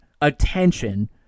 attention